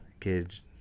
Kids